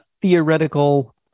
theoretical